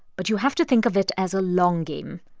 but you have to think of it as a long game.